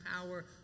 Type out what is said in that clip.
power